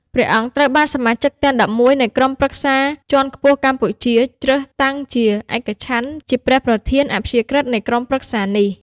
ព្រះអង្គត្រូវបាន សមាជិកទំាង១១ នៃក្រុមប្រឹក្សាជាន់ខ្ពស់កម្ពុជា ជ្រើសតាំងជាឯកច្ឆន្ទជាព្រះប្រធាន អព្យាក្រឹត នៃក្រុមប្រឹក្សានេះ។